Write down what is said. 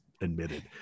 admitted